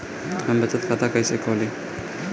हम बचत खाता कइसे खोलीं?